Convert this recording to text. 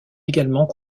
également